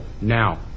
now